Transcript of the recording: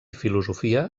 filosofia